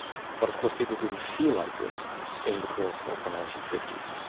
but of course people didn't feel like this in the course of the nineteen fifty s.